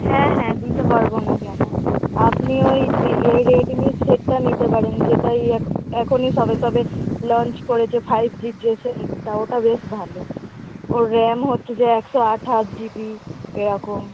হ্যাঁ হ্যাঁ দিতে পারবো না কেন আপনি ওইতে এ রেডমির সেটটা নিতে পারেন যেটা ওই একো এখনই সবে সবে লঞ্চ করেছে ফাইভ জির যে সেটটা ওটা বেশ ভালো ওর র্যাম হচ্ছে যে একশো আঠাশ জিবি এরকম